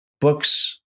Books